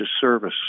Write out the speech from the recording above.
service